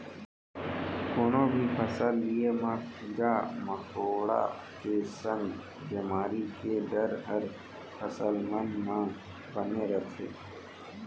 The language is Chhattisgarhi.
कोनो भी फसल लिये म कीरा मकोड़ा के संग बेमारी के डर हर फसल मन म बने रथे